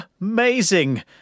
amazing